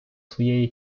своєї